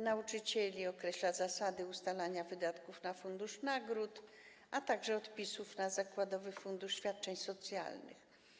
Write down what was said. nauczycieli, określa zasady ustalania wydatków na fundusz nagród, a także odpisów na zakładowy fundusz świadczeń socjalnych.